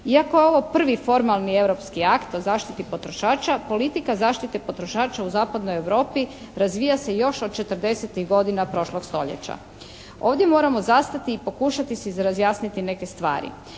Iako je ovo prvi formalni europski akt o zaštiti potrošača politika zaštite potrošača u zapadnoj Europi razvija se još od 40-tih godina prošlog stoljeća. Ovdje moramo zastati i pokušati si razjasniti neke stvari.